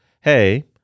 hey